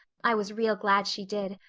i was real glad she did.